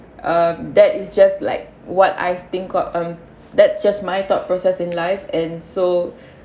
uh that is just like what I think got um that's just my thought process in life and so